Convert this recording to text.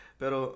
pero